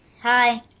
Hi